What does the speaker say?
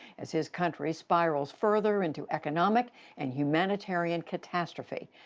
as his country spirals further into economic and humanitarian catastrophe.